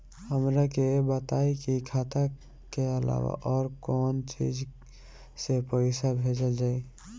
हमरा के बताई की खाता के अलावा और कौन चीज से पइसा भेजल जाई?